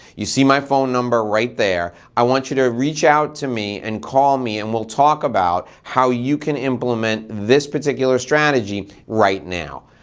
you see my phone number right there. i want you to reach out to me and call me and we'll talk about how you can implement this particular strategy right now.